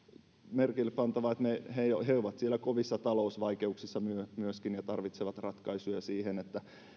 merkille pantavaa että myöskin he ovat siellä kovissa talousvaikeuksissa ja tarvitsevat ratkaisuja siihen